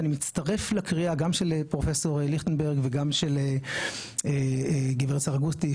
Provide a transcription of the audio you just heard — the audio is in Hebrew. ואני מצטרף לקריאה גם של פרופ' ליכטנברג וגם של גברת עידית סרגוסטי.